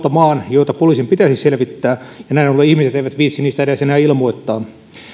joita poliisin pitäisi selvittää ja näin ollen ihmiset eivät viitsi niistä enää edes ilmoittaa